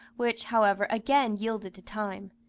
which, however, again yielded to time.